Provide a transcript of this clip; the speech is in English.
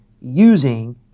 using